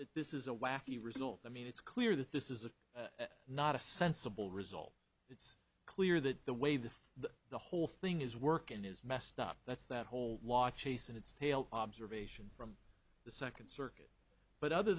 that this is a wacky result i mean it's clear that this is not a sensible result it's clear that the way the the the whole thing is working is messed up that's that whole lot chasing its tail observation from the second circuit but other